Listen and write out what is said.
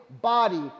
body